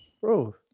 Bro